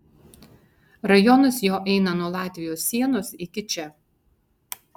rajonas jo eina nuo latvijos sienos iki čia